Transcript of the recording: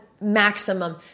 maximum